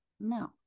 No